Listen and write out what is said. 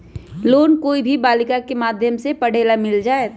Loan कोई भी बालिका के माध्यम से पढे ला मिल जायत?